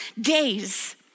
days